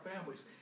families